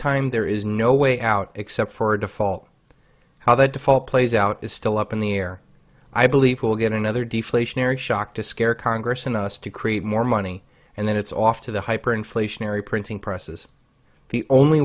time there is no way out except for default how the default plays out is still up in the air i believe we'll get another deflationary shock to scare congress in the us to create more money and then it's off to the hyper inflationary printing presses the only